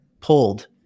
pulled